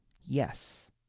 Yes